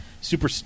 super